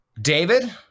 David